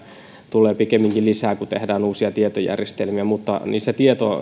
tulee pikemminkin lisää kun tehdään uusia tietojärjestelmiä siinä